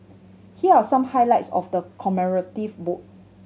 here are some highlights of the commemorative book